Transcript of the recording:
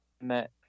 met